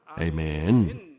Amen